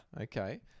Okay